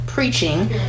preaching